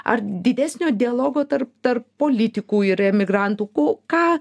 ar didesnio dialogo tarp tarp politikų ir emigrantų ko ką